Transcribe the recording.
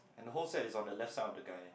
and the whole set is on the left side of the guy